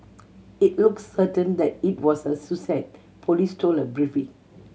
it looks certain that it was a suicide police told a briefing